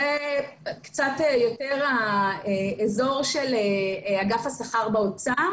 זה קצת יותר האזור של אגף השכר באוצר